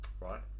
right